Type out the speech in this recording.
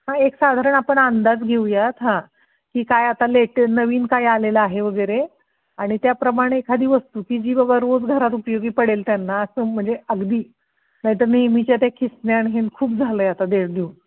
हा एक साधारण आपण अंदाज घेऊयात हां की काय आता लेटे नवीन काय आलेलं आहे वगैरे आणि त्याप्रमाणे एखादी वस्तू की जी बाबा रोज घरात उपयोगी पडेल त्यांना असं म्हणजे अगदी नाहीतर नेहमीच्या ते किसण्या आणि हीन खूप झालं आहे आता दे देऊन